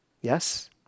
Yes